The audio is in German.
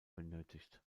benötigt